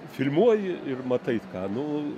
filmuoji ir matai ką nu